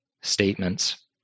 statements